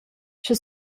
sche